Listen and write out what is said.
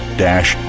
dash